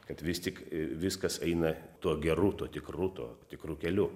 kad vis tik viskas eina tuo geru tuo tikru tuo tikru keliu